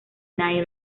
night